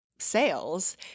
sales